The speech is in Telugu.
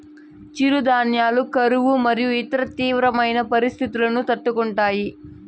చిరుధాన్యాలు కరువు మరియు ఇతర తీవ్రమైన పరిస్తితులను తట్టుకుంటాయి